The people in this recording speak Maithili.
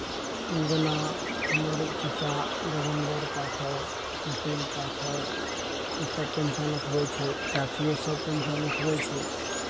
जेना हमर चच्चा गजेन्दर पाठक सुशील पाठक ई सब पेन्शन उठबै छै चाचियो सब पेंशन उठबै छै